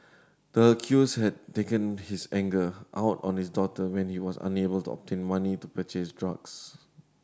the accused had taken his anger out on his daughter when he was unable to obtain money to purchase drugs